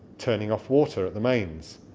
turning off water at the mains,